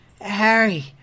Harry